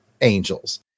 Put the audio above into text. angels